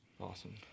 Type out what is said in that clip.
Awesome